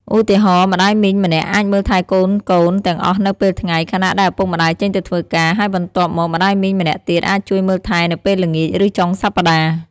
ឧទាហរណ៍ ម្ដាយមីងម្នាក់អាចមើលថែកូនៗទាំងអស់នៅពេលថ្ងៃ ខណៈដែលឪពុកម្ដាយចេញទៅធ្វើការ ហើយបន្ទាប់មកម្ដាយមីងម្នាក់ទៀតអាចជួយមើលថែនៅពេលល្ងាច ឬចុងសប្តាហ៍។